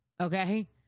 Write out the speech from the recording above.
okay